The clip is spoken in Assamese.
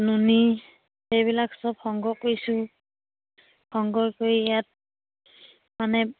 নুনি সেইবিলাক সব সংগ্ৰহ কৰিছোঁ সংগ্ৰহ কৰি ইয়াত মানে